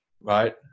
right